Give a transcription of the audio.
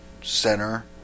Center